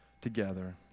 together